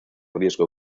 riesgo